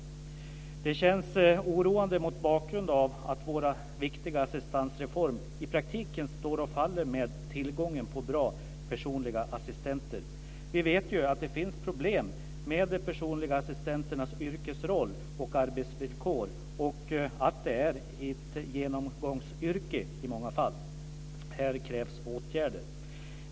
Det här känns oroande mot bakgrund av att vår viktiga assistansreform i praktiken står och faller med tillgången på bra personliga assistenter. Vi vet att det finns problem med de personliga assistenternas yrkesroll och arbetsvillkor och att det i många fall är ett genomgångsyrke. Här krävs åtgärder.